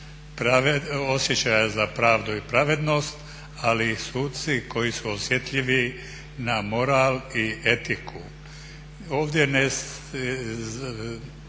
osjećaja za pravdu i pravednost ali i suci koji su osjetljivi na moral i etiku. Ovdje se